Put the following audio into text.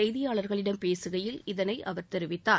செய்தியாளர்களிடம் பேசுகையில் இதனை அவர் தெரிவித்தார்